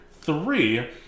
Three